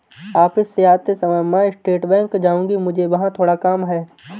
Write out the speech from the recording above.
office से आते समय मैं स्टेट बैंक जाऊँगी, मुझे वहाँ थोड़ा काम है